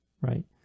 right